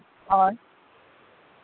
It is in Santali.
ᱦᱳᱭ